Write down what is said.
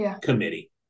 committee